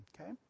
Okay